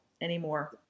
anymore